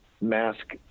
mask